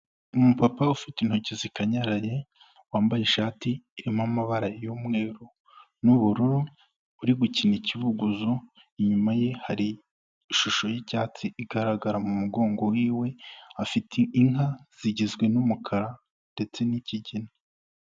Umupapa ufite intoki zikanyaraye wambaye ishati irimo amabara y'umweru n'ubururu urigukina ikibuguzo. Inyuma ye hari ishusho y'icyatsi igaragara mu mugongo wiwe, afite inka zigizwe n'umukara ndetse n'ikigina.